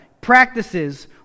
practices